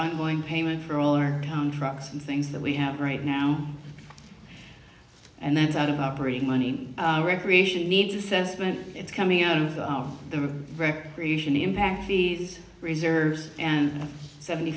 ongoing payment for all or trucks and things that we have right now and that's out of operating money recreation needs assessment it's coming out of the recreation impact these reserves and seventy